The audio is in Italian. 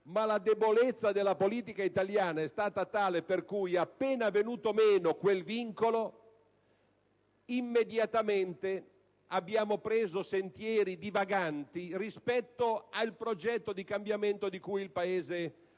Ma la debolezza della politica italiana è stata tale per cui, appena venuto meno quel vincolo, abbiamo intrapreso immediatamente sentieri divaganti rispetto al progetto di cambiamento di cui il Paese ha